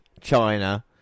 China